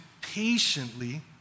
patiently